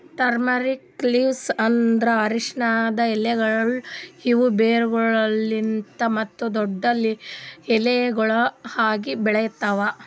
turmeric leaves ಅಂದುರ್ ಅರಶಿನದ್ ಎಲೆಗೊಳ್ ಇವು ಬೇರುಗೊಳಲಿಂತ್ ಮತ್ತ ದೊಡ್ಡು ಎಲಿಗೊಳ್ ಆಗಿ ಬೆಳಿತಾವ್